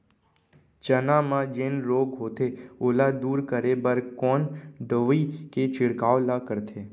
चना म जेन रोग होथे ओला दूर करे बर कोन दवई के छिड़काव ल करथे?